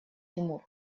тимур